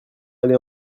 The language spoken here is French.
allés